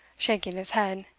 shaking his head,